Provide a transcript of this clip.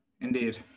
indeed